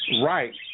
right